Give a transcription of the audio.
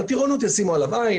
בטירונות ישימו עליו עין,